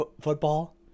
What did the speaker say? football